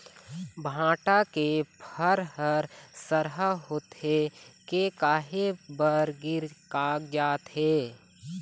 भांटा के फर हर सरहा होथे के काहे बर गिर कागजात हे?